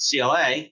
CLA